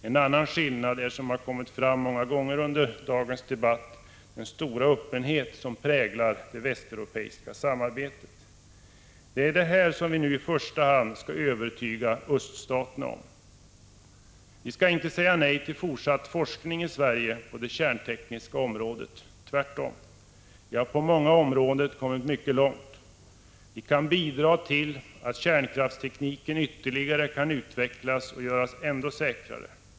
En skillnad som har framkommit många gånger under dagens debatt är den stora öppenhet som präglar det västeuropeiska samarbetet. Det är detta som vi nu i första hand skall övertyga öststaterna om. Vi skall inte säga nej till fortsatt forskning i Sverige på det kärntekniska området. Tvärtom! Vi har på många områden kommit mycket långt. Vi kan bidra till att kärnkraftstekniken ytterligare kan utvecklas och göras ännu säkrare.